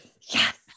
Yes